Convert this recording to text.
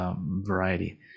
variety